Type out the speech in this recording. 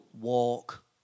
walk